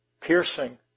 piercing